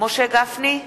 משה גפני,